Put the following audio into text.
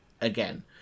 again